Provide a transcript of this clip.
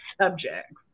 subjects